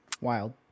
Wild